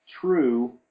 true